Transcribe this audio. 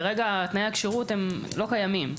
כרגע תנאי הכשירות הם לא קיימים.